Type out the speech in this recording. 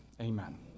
Amen